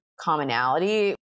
commonality